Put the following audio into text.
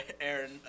Aaron